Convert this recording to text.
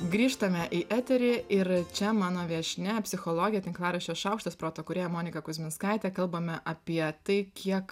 grįžtame į eterį ir čia mano viešnia psichologė tinklaraščio šaukštas proto kūrėja monika kuzminskaitė kalbame apie tai kiek